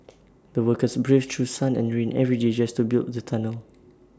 the workers braved through sun and rain every day just to build the tunnel